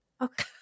Okay